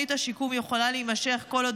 תוכנית השיקום יכולה להימשך כל עוד